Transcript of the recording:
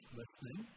listening